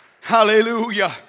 hallelujah